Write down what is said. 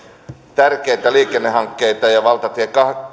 tärkeitä liikennehankkeita ja valtatie